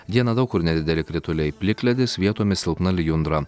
dieną daug kur nedideli krituliai plikledis vietomis silpna lijundra